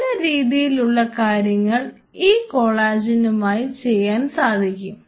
പല രീതിയിലുള്ള കാര്യങ്ങൾ ഈ കോളേജനുമായി ചെയ്യാൻ സാധിക്കും